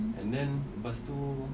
and then lepas tu